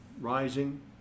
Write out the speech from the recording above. rising